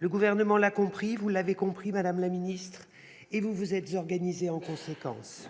Le Gouvernement l'a compris, vous l'avez compris, madame la ministre, et vous vous êtes organisée en conséquence.